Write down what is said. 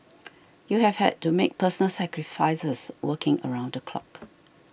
you have had to make personal sacrifices working around the clock